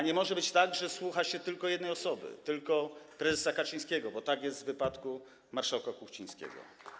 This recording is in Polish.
Nie może być tak, że słucha się tylko jednej osoby, tylko prezesa Kaczyńskiego, bo tak jest w wypadku marszałka Kuchcińskiego.